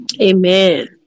Amen